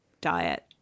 diet